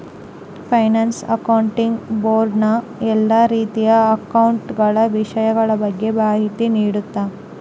finance accounting board ನ ಎಲ್ಲಾ ರೀತಿಯ ಅಕೌಂಟ ಗಳ ವಿಷಯಗಳ ಬಗ್ಗೆ ಮಾಹಿತಿ ನೀಡುತ್ತ